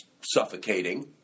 suffocating